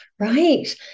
right